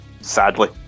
Sadly